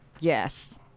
Yes